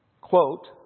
Quote